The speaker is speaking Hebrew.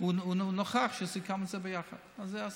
הוא נכח כשסיכמנו את זה ביחד, אז זה הסיכום.